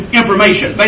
information